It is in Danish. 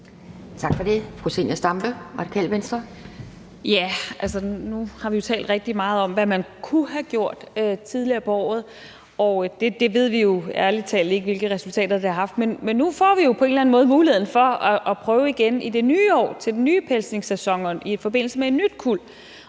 Nu har vi jo talt rigtig meget om, hvad man kunne have gjort tidligere på året, og vi ved jo ærlig talt ikke, hvilke resultater det ville have haft. Men nu får vi jo på en eller anden måde muligheden for at prøve igen i det nye år, til den nye pelsningssæson, i forbindelse med et nyt kuld.